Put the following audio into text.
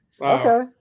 Okay